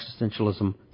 existentialism